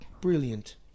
Brilliant